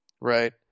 right